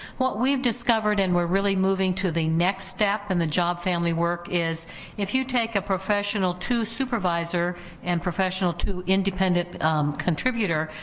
what we've discovered and we're really moving to the next step in and the job family work is if you take a professional two supervisor and professional two independent contributor,